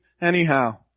anyhow